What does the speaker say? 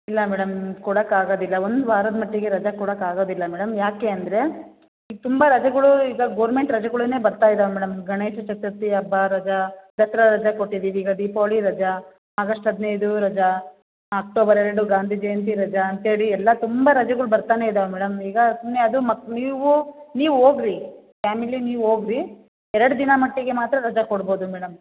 ಇಲ್ಲ ಮೇಡಮ್ ಕೊಡೋಕ್ಕಾಗೋದಿಲ್ಲ ಒಂದು ವಾರದ ಮಟ್ಟಿಗೆ ರಜೆ ಕೊಡೋಕ್ಕಾಗೋದಿಲ್ಲ ಮೇಡಮ್ ಏಕೆ ಅಂದರೆ ಈಗ ತುಂಬ ರಜೆಗಳು ಈಗ ಗೊರ್ಮೆಂಟ್ ರಜೆಗಳೇ ಬರ್ತಾಯಿದ್ದಾವೆ ಮೇಡಮ್ ಗಣೇಶ ಚತುರ್ಥಿ ಹಬ್ಬ ರಜಾ ದಸರಾ ರಜಾ ಕೊಟ್ಟಿದ್ದೀವಿ ಈಗ ದೀಪಾವಳಿ ರಜಾ ಆಗಸ್ಟ್ ಹದ್ನೈದು ರಜಾ ಆಕ್ಟೋಬರ್ ಎರಡು ಗಾಂಧಿ ಜಯಂತಿ ರಜಾ ಅಂಥೇಳಿ ಎಲ್ಲ ತುಂಬ ರಜೆಗಳು ಬರ್ತಾನೆ ಇದ್ದಾವೆ ಮೇಡಮ್ ಈಗ ಸುಮ್ಮನೆ ಅದು ಮಕ್ ನೀವು ನೀವು ಹೋಗ್ರಿ ಫ್ಯಾಮಿಲಿ ನೀವು ಹೋಗ್ರಿ ಎರಡು ದಿನ ಮಟ್ಟಿಗೆ ಮಾತ್ರ ರಜಾ ಕೊಡ್ಬೋದು ಮೇಡಮ್